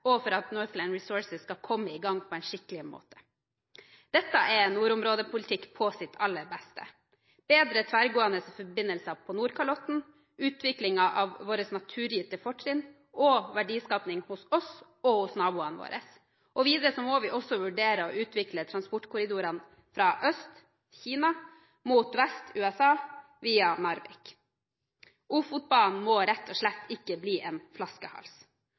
og for at Northland Resources skal komme i gang på en skikkelig måte. Dette er nordområdepolitikk på sitt aller beste: bedre tverrgående forbindelse på Nordkalotten, utvikling av våre naturgitte fortrinn og verdiskaping hos oss og hos våre naboer. Videre må vi også vurdere å utvikle transportkorridorene fra øst – Kina – mot vest – USA – via Narvik. Ofotbanen må rett og slett ikke bli flaskehals. Vi ønsker jo heller ikke en